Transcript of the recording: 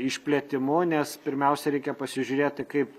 išplėtimu nes pirmiausia reikia pasižiūrėti kaip